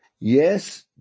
Yes